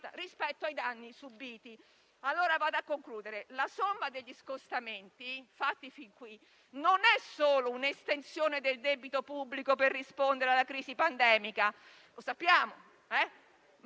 rispetto ai danni subiti. Avviandomi alla conclusione, la somma degli scostamenti fatti fin qui non è solo un'estensione del debito pubblico per rispondere alla crisi pandemica - lo sappiamo -